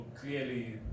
clearly